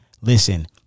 Listen